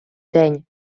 день